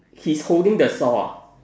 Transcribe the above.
he's holding the saw ah